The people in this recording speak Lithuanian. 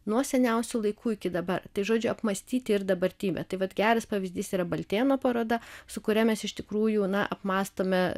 nuo seniausių laikų iki dabar tai žodžiu apmąstyti ir dabartybę tai vat geras pavyzdys yra baltėno parodą su kuria mes iš tikrųjų na apmąstome